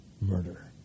murder